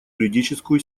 юридическую